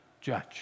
judge